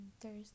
Thursday